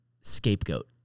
scapegoat